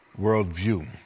worldview